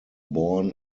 born